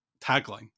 tagline